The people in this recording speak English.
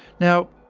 now,